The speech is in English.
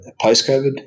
post-COVID